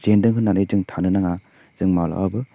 जेन्दों होन्नानै दों थानो नाङा जों मालाबाबो